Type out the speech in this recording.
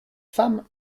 femme